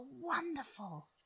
wonderful